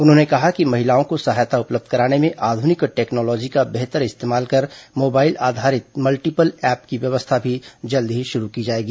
उन्होंने कहा कि महिलाओं को सहायता उपलब्ध कराने में आध्रनिक टेक्नोलॉजी का बेहतर इस्तेमाल कर मोबाइल आधारित मल्टीपल ऐप की व्यवस्था भी जल्द ही शुरू की जाएगी